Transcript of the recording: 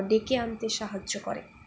ডেকে আনতে সাহায্য করে